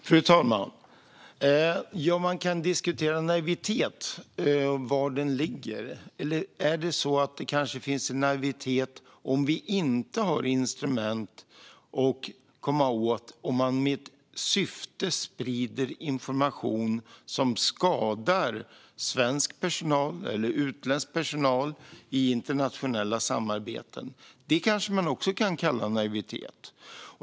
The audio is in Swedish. Fru talman! Man kan diskutera var naiviteten ligger. Finns det kanske en naivitet om vi inte har instrument för att komma åt den som sprider information med syfte att skada svensk personal eller utländsk personal i internationella samarbeten? Det kanske man också kan kalla naivitet.